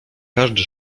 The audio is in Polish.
każdy